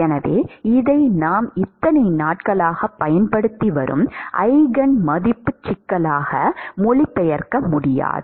எனவே இதை நாம் இத்தனை நாட்களாகப் பயன்படுத்தி வரும் ஈஜென் மதிப்புச் சிக்கலாக மொழிபெயர்க்க முடியாது